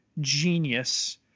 genius